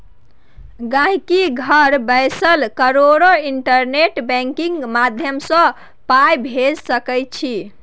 गांहिकी घर बैसल ककरो इंटरनेट बैंकिंग माध्यमसँ पाइ भेजि सकै छै